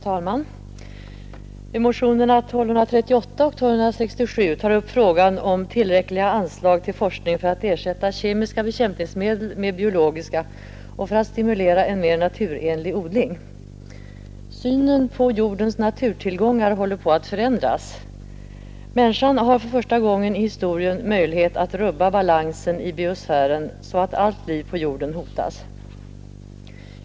Fru talman! Motionerna 1238 och 1267 tar upp frågan om tillräckliga anslag till forskning för att ersätta kemiska bekämpningsmedel med biologiska och för att stimulera en mer naturenlig odling. Synen på jordens naturtillgångar håller på att förändras. Människan har för första gången i historien möjlighet att rubba balansen i biosfären så att allt liv på jorden hotas.